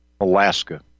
Alaska